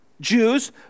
Jews